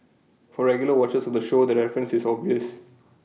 for regular watchers of the show the reference is obvious